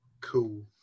Cool